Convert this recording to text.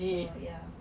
so ya